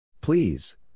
Please